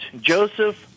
Joseph